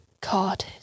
god